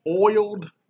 oiled